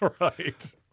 Right